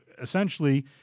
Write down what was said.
essentially